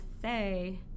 say